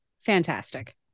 fantastic